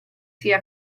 sia